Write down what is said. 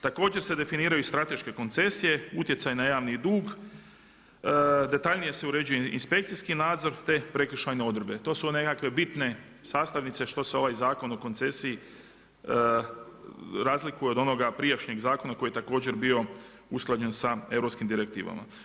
Također se definiraju strateške koncesije, utjecaj na javni dug, detaljnije se uređuje inspekcijski nadzor te prekršajne odredbe, to su nekakve bitne sastavnice što se ovaj Zakon o koncesiji razlikuje od onoga prijašnjeg zakona koji je također bio usklađen sa europskim direktivama.